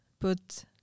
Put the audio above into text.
put